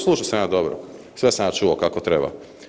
Slušao sam ja dobro, sve sam ja čuo kako treba.